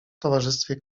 towarzystwie